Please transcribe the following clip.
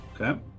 Okay